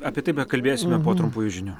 apie tai pakalbėsime po trumpųjų žinių